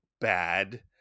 bad